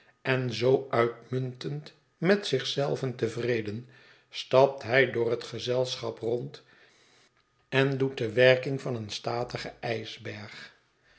en zoo uitmuntend met zich zelven tevreden stapt hij door het gezelschap rond en doet de werking van een statigen ijsberg